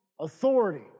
authority